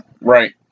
right